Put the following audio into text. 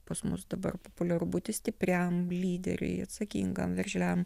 pas mus dabar populiaru būti stipriam lyderiui atsakingam veržliam